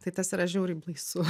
tai tas yra žiauriai baisu